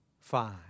five